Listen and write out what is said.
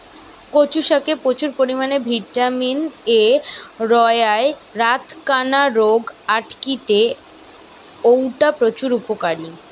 কচু শাকে প্রচুর পরিমাণে ভিটামিন এ রয়ায় রাতকানা রোগ আটকিতে অউটা প্রচুর উপকারী